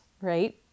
right